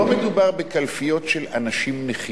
לא מדובר בקלפיות של אנשים נכים,